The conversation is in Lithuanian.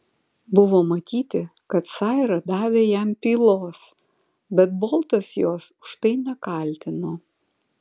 buvo matyti kad saira davė jam pylos bet boltas jos už tai nekaltino